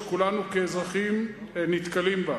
שכולנו כאזרחים נתקלים בה,